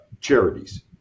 charities